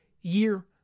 year